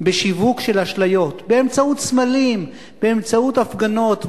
בשיווק של אשליות, באמצעות סמלים, באמצעות הפגנות.